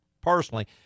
personally